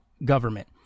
government